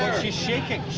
she's shaking.